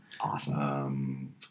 awesome